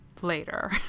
later